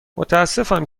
متاسفم